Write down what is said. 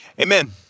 Amen